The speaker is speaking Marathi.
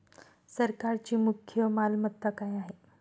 सरकारची मुख्य मालमत्ता काय आहे?